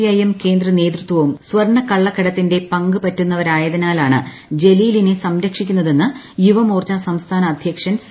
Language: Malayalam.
ഐ എം കേന്ദ്ര നേതൃത്വവും സ്വർണക്കള്ളക്കടത്തിന്റെ പങ്ക് പറ്റുന്നവരായതിനാലാണ് ജലീലിനെ സംരക്ഷിക്കുന്നതെന്ന് യുവമോർച്ച സംസ്ഥാന അദ്ധ്യക്ഷൻ സി